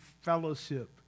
fellowship